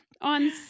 On